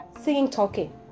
singing-talking